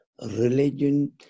religion